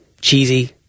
cheesy